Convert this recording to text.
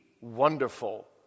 wonderful